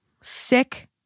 Sick